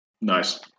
Nice